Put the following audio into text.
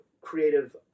creative